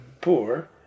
poor